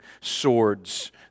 swords